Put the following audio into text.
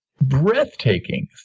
breathtaking